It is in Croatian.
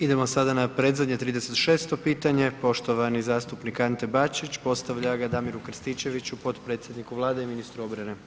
Idemo sada na predzadnje 36. pitanje, poštovani zastupnik Ante Bačić postavlja ga Damiru Krstičeviću potpredsjedniku Vlade i ministru obrane.